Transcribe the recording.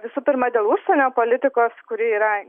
visų pirma dėl užsienio politikos kuri yra